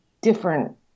different